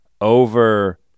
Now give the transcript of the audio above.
over